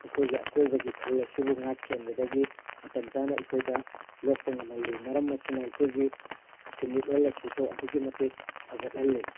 ꯑꯩꯈꯣꯏꯒꯤ ꯑꯀꯣꯏꯕꯒꯤ ꯈꯜ ꯑꯁꯤꯕꯨ ꯉꯥꯛ ꯁꯦꯟꯕꯗꯒꯤ ꯃꯇꯝ ꯆꯥꯅ ꯑꯩꯈꯣꯏꯗ ꯂꯣꯛꯄ ꯉꯝꯍꯜꯂꯤ ꯃꯔꯝ ꯑꯁꯤꯅ ꯑꯩꯈꯣꯏꯒꯤ ꯁꯤꯟꯃꯤꯠꯂꯣꯟ ꯑꯁꯤꯁꯨ ꯑꯗꯨꯛꯀꯤ ꯃꯇꯤꯛ ꯐꯒꯠꯍꯜꯂꯤ